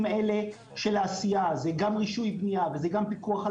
האלה של העשייה זה גם רישוי בנייה וזה גם פיקוח על